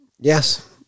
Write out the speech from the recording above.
Yes